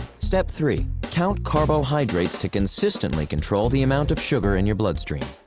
step three. count carbohydrates to consistently control the amount of sugar in your bloodstream.